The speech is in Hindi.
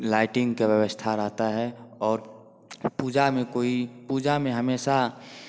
लाइटिंग का व्यवस्था रहता है और पूजा में कोई पूजा में हमेशा